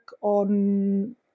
on